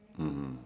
mm mm